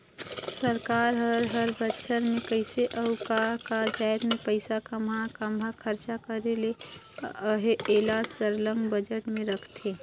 सरकार हर हर बछर में कइसे अउ का का जाएत में पइसा काम्हां काम्हां खरचा करे ले अहे एला सरलग बजट में रखथे